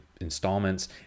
installments